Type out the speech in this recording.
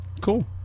Cool